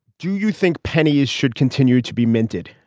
do you think pennies should continue to be minted?